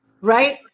right